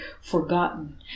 forgotten